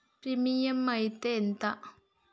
Premium అత్తే ఎంత?